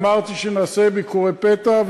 אמרתי שנעשה ביקורי פתע,